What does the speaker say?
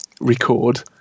record